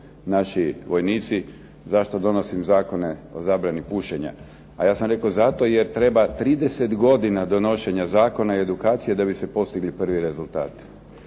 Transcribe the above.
naši vojnici zašto donosim zakone o zabrani pušenja, a ja sam rekao zato jer treba 30 godina donošenja zakona i edukacija da bi se postigli prvi rezultati.